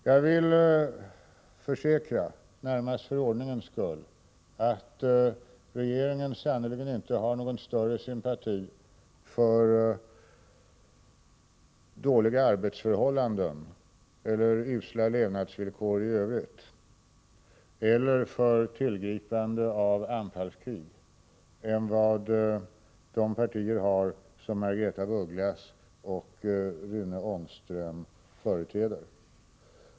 Jag vill försäkra, närmast för ordningens skull, att regeringen sannerligen inte hyser större sympati för dåliga arbetsförhållanden eller för usla levnadsvillkor i övrigt — inte heller för tillgripande av anfallskrig— än vad de partier gör som Margaretha af Ugglas och Rune Ångström företräder.